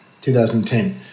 2010